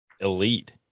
elite